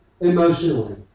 emotionally